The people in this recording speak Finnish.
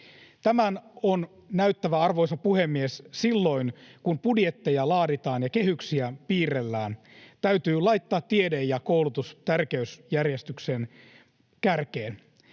Tämän on näyttävä, arvoisa puhemies, silloin kun budjetteja laaditaan ja kehyksiä piirrellään: Täytyy laittaa tiede ja koulutus tärkeysjärjestyksen kärkeen.